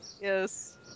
Yes